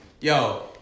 Yo